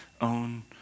own